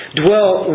dwell